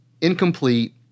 incomplete